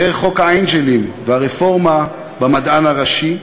דרך חוק האנג'לים והרפורמה במדען הראשי,